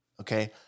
Okay